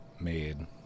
made